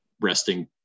resting